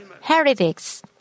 heretics